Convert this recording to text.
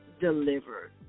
delivered